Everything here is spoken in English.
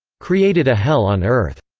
created a hell on earth.